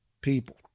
people